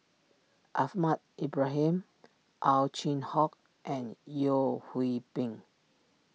Ahmad Ibrahim Ow Chin Hock and Yeo Hwee Bin